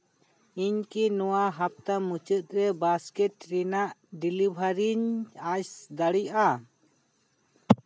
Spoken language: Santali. ᱤᱧ ᱠᱤ ᱱᱚᱣᱟ ᱦᱟᱯᱛᱟ ᱢᱩᱪᱟᱹᱫ ᱨᱮ ᱵᱟᱥᱠᱮᱴ ᱨᱮᱱᱟᱜ ᱰᱮᱞᱤᱵᱷᱟᱨᱤᱧ ᱧᱟᱢ ᱫᱟᱲᱮᱭᱟᱜᱼᱟ